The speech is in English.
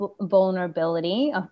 vulnerability